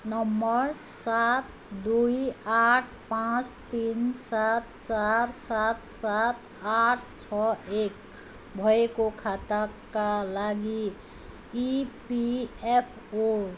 number सात दुई आठ पाँच तिन सात चार सात सात आठ छ एक भएको खाताका लागि इपिएफओ